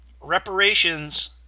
reparations